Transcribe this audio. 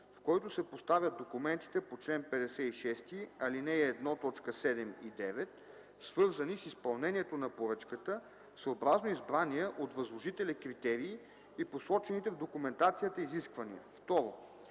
в който се поставят документите по чл. 56, ал. 1, т. 7 и 9, свързани с изпълнението на поръчката, съобразно избрания от възложителя критерий и посочените в документацията изисквания; 2.